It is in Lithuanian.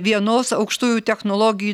vienos aukštųjų technologi